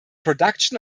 production